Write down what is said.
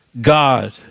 God